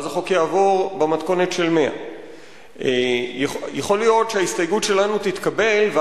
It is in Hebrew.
ואז החוק יעבור במתכונת של 100. יכול להיות שההסתייגות שלנו תתקבל,